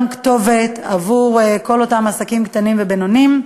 כתובת לכל אותם עסקים קטנים ובינוניים,